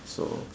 so